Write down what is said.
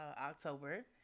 October